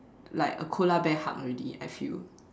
like a koala bear hug already I feel